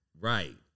Right